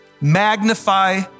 magnify